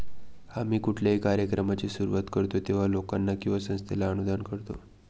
आम्ही कुठल्याही कार्यक्रमाची सुरुवात करतो तेव्हा, लोकांना किंवा संस्थेला अनुदान करतो